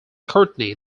courtney